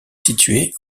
situé